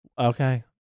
okay